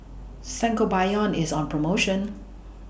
Sangobion IS on promotion